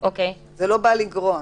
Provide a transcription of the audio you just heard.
זה לא בא לגרוע.